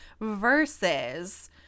Versus